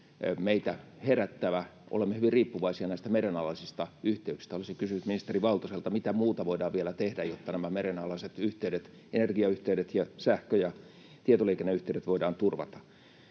meitä herättävä. Olemme hyvin riippuvaisia näistä merenalaisista yhteyksistä. Olisin kysynyt ministeri Valtoselta: mitä muuta voidaan vielä tehdä, jotta nämä merenalaiset yhteydet, energiayhteydet ja sähkö- ja tietoliikenneyhteydet voidaan turvata?